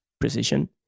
precision